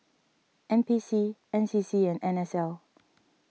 N P C N C C and N S L